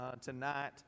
tonight